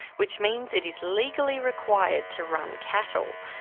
which means it is legally required to run cattle.